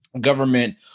government